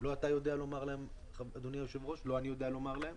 לא אתה ולא אני, אדוני היושב ראש, יודעים לומר להם